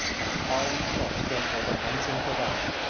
and the column of smoke standing over an unseen crevice,